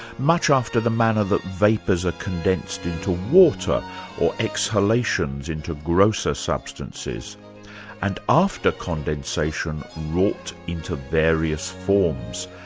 much after the manner that vapours are condensed into water or exhalations into grosser substances and after condensation wrought into various forms,